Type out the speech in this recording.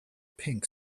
pink